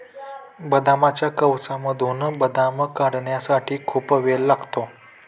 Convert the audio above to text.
बदामाच्या कवचामधून बदाम काढण्यासाठी खूप वेळ लागतो